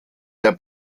der